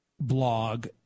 blog